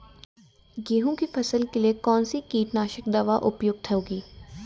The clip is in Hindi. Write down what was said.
गेहूँ की फसल के लिए कौन सी कीटनाशक दवा उपयुक्त होगी?